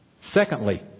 Secondly